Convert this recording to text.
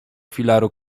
filaru